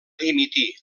dimitir